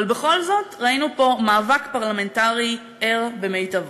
אבל בכל זאת, ראינו פה מאבק פרלמנטרי ער במיטבו.